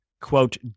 quote